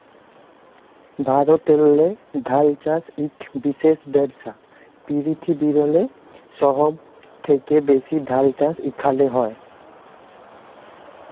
ভারতেল্লে ধাল চাষ ইক বিশেষ ব্যবসা, পিরথিবিরলে সহব থ্যাকে ব্যাশি ধাল চাষ ইখালে হয়